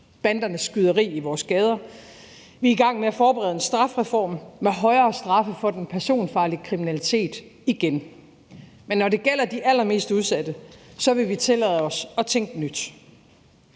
bandernes skyderi i vores gader. Vi er i gang med at forberede en strafreform med højere straffe for den personfarlige kriminalitet igen. Men når det gælder de allermest udsatte, vil vi tillade os at tænke nyt.